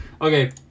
Okay